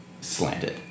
slanted